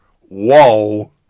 Whoa